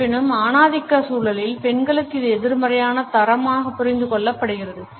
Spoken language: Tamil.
இருப்பினும் ஆணாதிக்க சூழலில் பெண்களுக்கு இது எதிர்மறையான தரமாக புரிந்து கொள்ளப்படலாம்